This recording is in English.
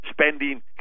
spending